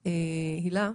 של הילה,